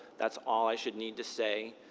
that's all i should need to say,